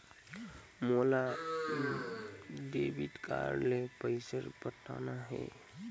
मोला debit card ले पइसा पटाना हे?